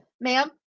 Ma'am